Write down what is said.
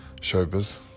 showbiz